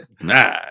Nah